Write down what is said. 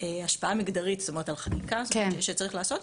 להשתמש ב-SDGs.